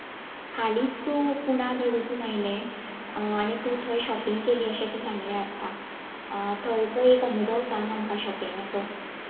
हाल्लींच तूं पुना बी वचून आयलें आनी तूं शाँपींग केलें अशें तूं सांगिल्लें आतां आं थंयचो एक अनुभव सांग आमकां शाँपींगाचो